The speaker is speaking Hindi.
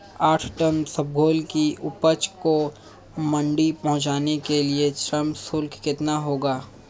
आठ टन इसबगोल की उपज को मंडी पहुंचाने के लिए श्रम शुल्क कितना होगा?